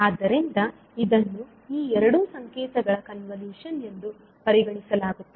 ಆದ್ದರಿಂದ ಇದನ್ನು ಈ ಎರಡು ಸಂಕೇತಗಳ ಕನ್ವಲೂಶನ್ ಎಂದು ಪರಿಗಣಿಸಲಾಗುತ್ತದೆ